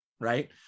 right